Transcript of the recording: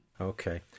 Okay